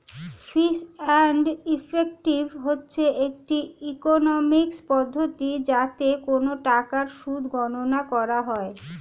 fees and effective হচ্ছে একটি economics পদ্ধতি যাতে কোন টাকার সুদ গণনা করা হয়